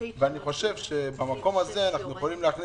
אני חושב שבמקום הזה אנחנו יכולים לקבל